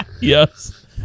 Yes